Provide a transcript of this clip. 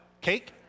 Cake